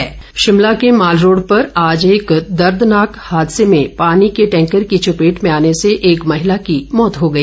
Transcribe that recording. दुर्घटना शिमला के मालरोड पर आज एक दर्दनाक हादसे में पानी के टैंकर की चपेट में आकर एक महिला की मौत हो गई